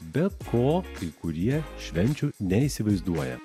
be ko kai kurie švenčių neįsivaizduoja